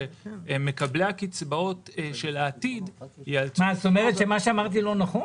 מקבלי הקצבאות של העתיד --- אתה אומר שמה שאמרתי לא נכון?